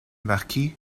marquis